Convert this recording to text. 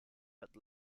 but